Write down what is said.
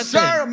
Sir